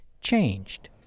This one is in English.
changed